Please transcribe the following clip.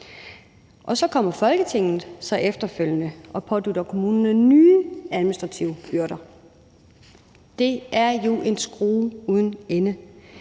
så kommer Folketinget efterfølgende og pådutter kommunerne nye administrative byrder. Det er jo en skrue uden ende.